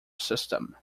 system